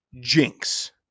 jinx